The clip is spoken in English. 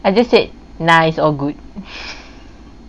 I just said nah it's all good